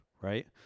right